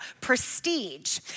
prestige